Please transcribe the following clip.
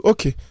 Okay